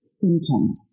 symptoms